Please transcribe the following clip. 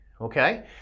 okay